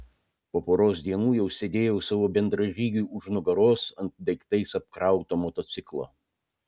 po poros dienų jau sėdėjau savo bendražygiui už nugaros ant daiktais apkrauto motociklo